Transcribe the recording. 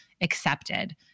accepted